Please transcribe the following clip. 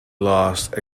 lost